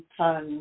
fun